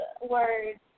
words